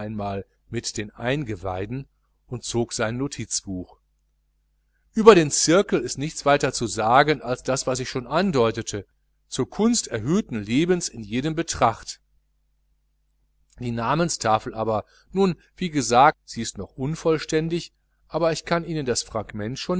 mit den eingeweiden und zog sein notizbuch über den zirkel ist nichts weiter zu sagen als was ich schon andeutete zur kunst erhöhtes leben in jedem betracht die namenstafel aber nun wie gesagt sie ist noch unvollständig aber ich kann ihnen das fragment